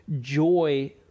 joy